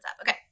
Okay